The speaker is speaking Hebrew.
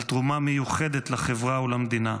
על תרומה מיוחדת לחברה ולמדינה,